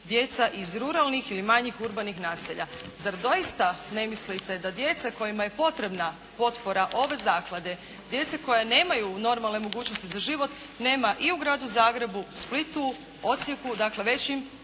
djeca iz ruralnih ili manjih urbanih naselja. Zar doista ne mislite da djeca kojima je potrebna potpora ove zaklade, djeci koja nemaju normalne mogućnosti za život nema i u Gradu Zagrebu, Splitu, Osijeku, dakle većim